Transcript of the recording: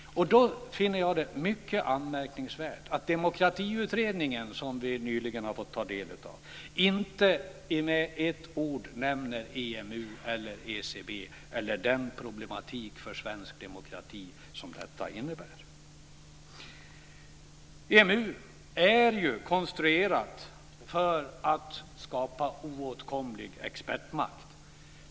Därför finner jag det mycket anmärkningsvärt att demokratiutredningen, som vi nyligen har fått ta del av, inte med ett ord nämner EMU, ECB eller den problematik för svensk demokrati som detta innebär. EMU är ju konstruerat för att skapa oåtkomlig expertmakt.